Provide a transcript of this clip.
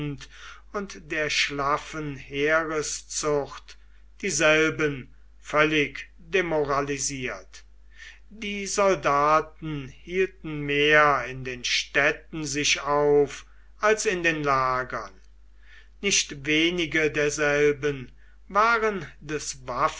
und der schlaffen heereszucht dieselben völlig demoralisiert die soldaten hielten mehr in den städten sich auf als in den lagern nicht wenige derselben waren des